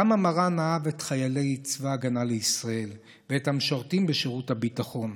כמה מרן אהב את חיילי צבא הגנה לישראל ואת המשרתים בשירות הביטחון.